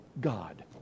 God